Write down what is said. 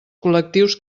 col·lectius